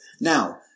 Now